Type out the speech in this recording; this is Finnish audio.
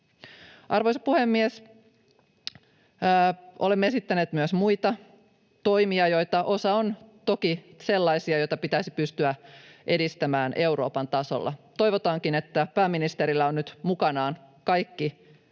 Arvoisa puhemies! Olemme esittäneet myös muita toimia, joista osa on toki sellaisia, joita pitäisi pystyä edistämään Euroopan tasolla. Toivotaankin, että pääministerillä on nyt mukanaan kaikki parhaat